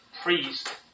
priest